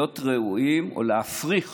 להיות ראויים או להפריך